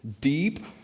deep